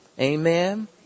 Amen